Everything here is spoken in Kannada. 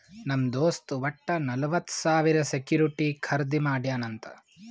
ನಮ್ ದೋಸ್ತ್ ವಟ್ಟ ನಲ್ವತ್ ಸಾವಿರ ಸೆಕ್ಯೂರಿಟಿ ಖರ್ದಿ ಮಾಡ್ಯಾನ್ ಅಂತ್